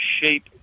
shape